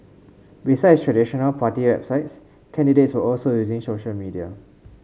besides traditional party websites candidates were also using social media